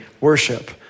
Worship